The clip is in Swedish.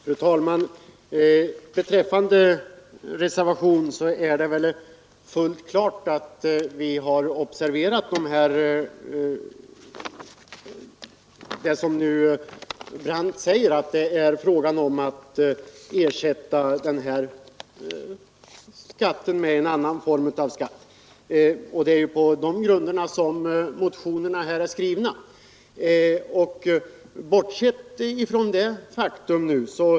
Fru talman! Beträffande reservationen är det väl fullt klart att vi har observerat det som nu herr Brandt säger — att det är fråga om att ersätta denna skatt med en annan form av skatt. Det är ju på detta som motionerna bygger.